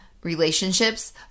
relationships